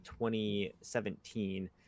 2017